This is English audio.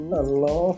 Hello